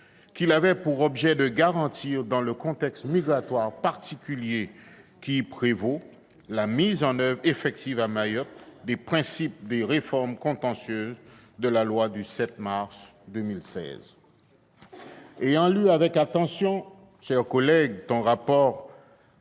avait pour objet de garantir, dans le contexte migratoire particulier qui y prévaut, la mise en oeuvre effective à Mayotte des principes des réformes contentieuses de la loi du 7 mars 2016. Ayant lu avec attention le rapport